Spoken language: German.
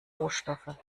rohstoffe